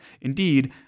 Indeed